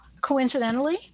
coincidentally